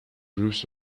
groups